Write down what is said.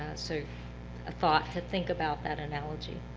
so a thought to think about that analogy.